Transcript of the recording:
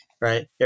right